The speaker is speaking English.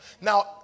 Now